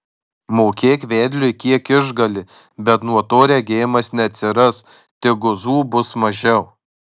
mokėk vedliui kiek išgali bet nuo to regėjimas neatsiras tik guzų bus mažiau